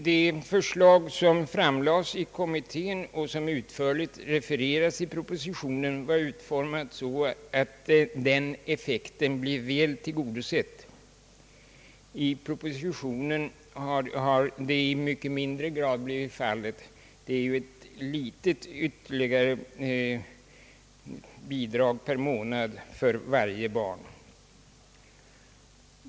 Det förslag som framlades av kommittén och som utförligt refereras i propositionen var utformat så, att denna effekt blev väl tillgodosedd. I propositionen har detta i mycket mindre grad blivit fallet. Där föreslås ett mindre tilläggsbidrag per barn för varje månad.